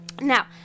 Now